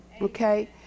okay